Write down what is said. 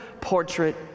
portrait